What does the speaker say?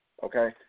Okay